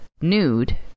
nude